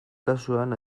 kasuan